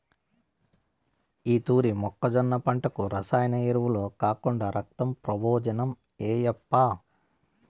ఈ తూరి మొక్కజొన్న పంటకు రసాయన ఎరువులు కాకుండా రక్తం ప్రబోజనం ఏయప్పా